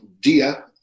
dia